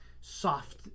soft